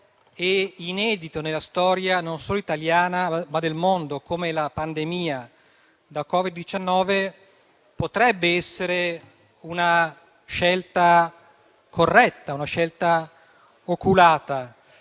e inedito nella storia non solo italiana ma del mondo, come la pandemia da Covid-19, potrebbe essere una scelta corretta e oculata.